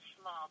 small